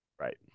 Right